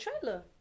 trailer